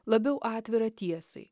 labiau atvirą tiesai